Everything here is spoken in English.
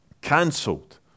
Cancelled